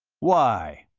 why?